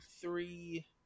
three